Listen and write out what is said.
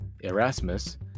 Erasmus